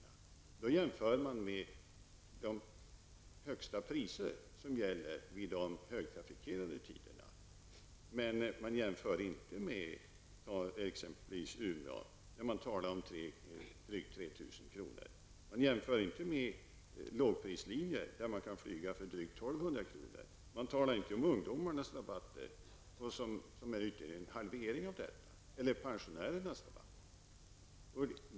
Men då jämför man deras priser med de högsta priser som gäller vid de högtrafikerade tiderna, då det exempelvis kostar drygt 3 000 kr. att flyga till Umeå. Men man jämför inte med de lågprislinjer då det kostar drygt 1 200 kr. att flyga till Umeå. Man talar inte om ungdomsrabatten, som innebär en halvering av priset, eller om pensionärernas rabatter.